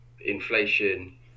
inflation